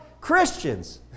Christians